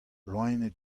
loened